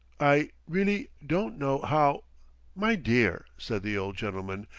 i really don't know how my dear, said the old gentleman,